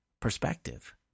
perspective